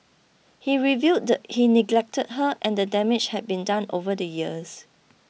he revealed he neglected her and the damage had been done over the years